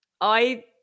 I-